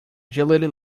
agility